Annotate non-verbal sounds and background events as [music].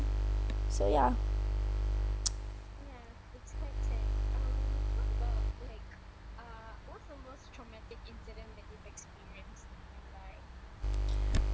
so ya [noise]